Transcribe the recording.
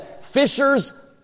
fishers